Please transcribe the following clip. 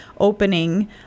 opening